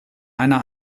einer